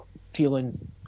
feeling